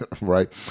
right